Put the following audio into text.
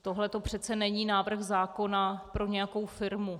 Tohle přece není návrh zákona pro nějakou firmu.